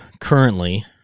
currently